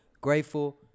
grateful